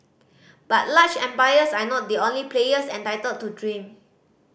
but large empires are not the only players entitled to dream